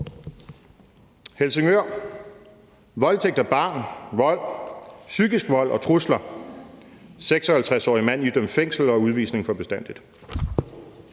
Helsingør: »Voldtægt af barn, vold, psykisk vold, og trusler: 56-årig mand idømt fængsel og udvisning for bestandigt«.